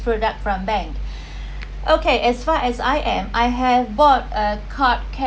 product from bank okay as far as I am I have bought a card care